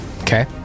okay